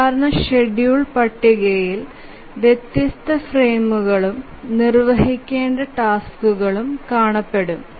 സാധാരണ ഷെഡ്യൂൾ പട്ടിക വ്യത്യസ്ത ഫ്രെയിമുകളും നിർവ്വഹിക്കേണ്ട ടാസ്ക് കളും കാണപ്പെടും